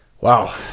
wow